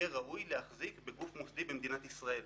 יהיה ראוי להחזיק בגוף מוסדי במדינת ישראל.